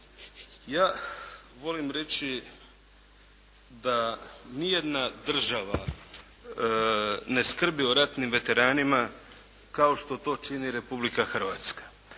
Ja volim reći da ni jedna država ne skrbi o ratnim veteranima kao što čini Republika Hrvatska.